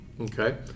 Okay